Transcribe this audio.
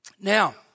now